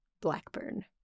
Blackburn